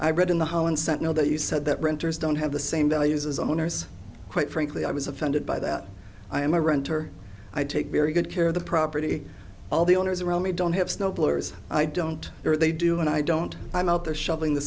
sent now that you said that renters don't have the same values as owners quite frankly i was offended by that i am a renter i take very good care of the property all the owners around me don't have snow blowers i don't know what they do and i don't i'm out there shoveling the